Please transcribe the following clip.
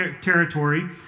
territory